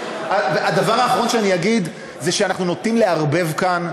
הדבר האחרון שאני אגיד הוא שאנחנו נוטים לערבב כאן,